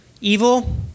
evil